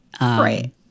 Right